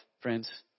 friends